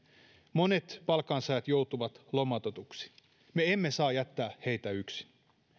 monet palkansaajat joutuvat lomautetuiksi me emme saa jättää heitä yksin